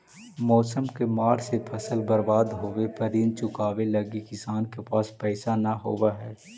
मौसम के मार से फसल बर्बाद होवे पर ऋण चुकावे लगी किसान के पास पइसा न होवऽ हइ